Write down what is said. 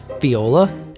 viola